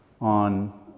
on